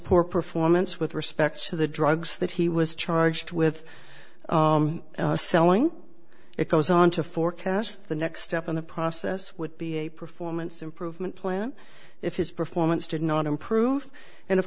poor performance with respect to the drugs that he was charged with selling it goes on to forecast the next step in the process would be a performance improvement plan if his performance did not improve and of